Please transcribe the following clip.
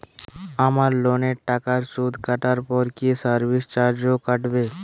আমার লোনের টাকার সুদ কাটারপর কি সার্ভিস চার্জও কাটবে?